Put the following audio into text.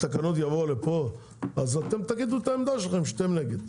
התקנות יבואו לפה אז אתם תגידו את העמדה שלכם שאתם נגד.